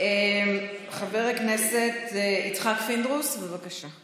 חבר הכנסת יצחק פינדרוס, בבקשה.